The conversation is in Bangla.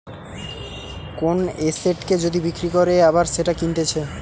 কোন এসেটকে যদি বিক্রি করে আবার সেটা কিনতেছে